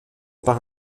par